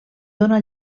dóna